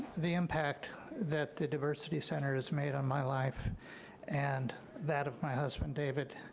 the impact that the diversity center has made on my life and that of my husband david.